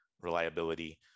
reliability